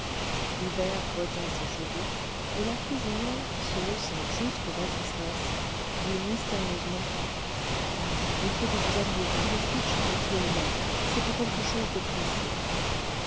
hivert retint ses chevaux et la cuisinière se haussant jusqu'au vasistas dit mystérieusement madame il faut que vous alliez tout de suite chez m homais c'est pour quelque chose de pressé